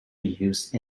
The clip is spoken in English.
used